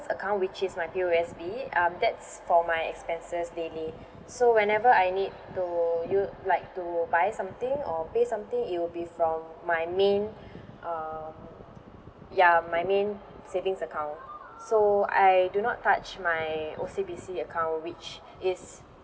account which is my P_O_S_B um that's for my expenses daily so whenever I need to you like to buy something or pay something it will be from my main um ya my main savings account so I do not touch my O_C_B_C account which is